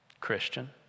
Christian